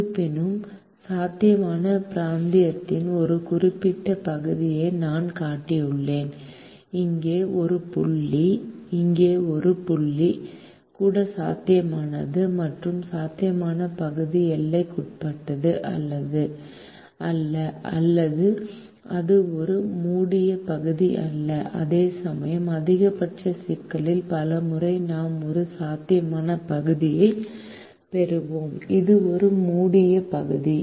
இருப்பினும் சாத்தியமான பிராந்தியத்தின் ஒரு குறிப்பிட்ட பகுதியை நான் காட்டியுள்ளேன் இங்கே ஒரு புள்ளி இங்கே ஒரு புள்ளி கூட சாத்தியமானது மற்றும் சாத்தியமான பகுதி எல்லைக்குட்பட்டது அல்ல அல்லது அது ஒரு மூடிய பகுதி அல்ல அதேசமயம் அதிகபட்ச சிக்கலில் பல முறை நாம் ஒரு சாத்தியமான பகுதியைப் பெறுவோம் அது ஒரு மூடிய பகுதி